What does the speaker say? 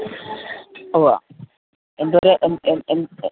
ഉവ്വ എന്ത്